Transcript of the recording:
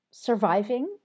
surviving